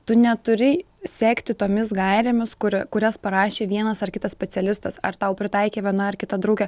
tu neturi sekti tomis gairėmis kurio kurias parašė vienas ar kitas specialistas ar tau pritaikė viena ar kita draugė